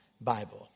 Bible